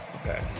Okay